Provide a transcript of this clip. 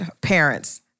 parents